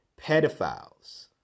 pedophiles